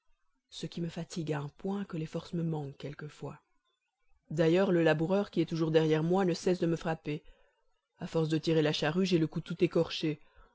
ce qui me fatigue à un point que les forces me manquent quelquefois d'ailleurs le laboureur qui est toujours derrière moi ne cesse de me frapper à force de tirer la charrue j'ai le cou tout écorché